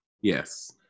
Yes